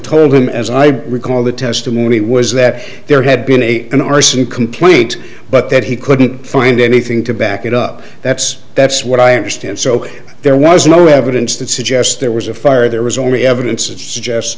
told him as i recall the testimony was that there had been a an arson complete but that he couldn't find anything to back it up that's that's what i understand so there was no evidence that suggests there was a fire there was only evidence